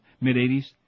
mid-80s